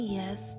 yes